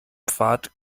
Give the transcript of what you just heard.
pfad